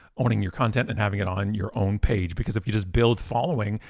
owning your content and having it on your own page. because if you just build following,